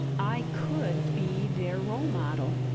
i could be their role model.